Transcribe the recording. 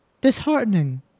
disheartening